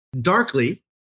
darkly